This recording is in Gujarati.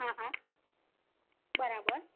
હા હા બરાબર